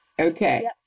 Okay